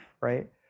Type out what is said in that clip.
Right